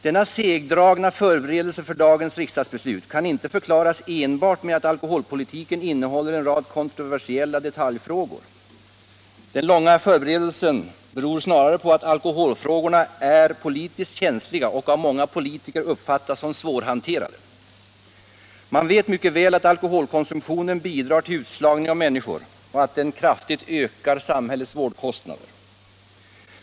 Denna segdragna förberedelse för dagens riksdagsbeslut kan inte förklaras enbart med att alkoholpolitiken innehåller en rad kontroversiella detaljfrågor. Den långa förberedelsetiden beror snarare på att alkoholfrågorna är politiskt känsliga och av många politiker uppfattas som svårhanterade. Man vet mycket väl att alkoholkonsumtionen bidrar till utslagning av människor och att den kraftigt ökar samhällets vårdkostnader.